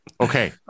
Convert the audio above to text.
Okay